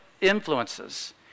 influences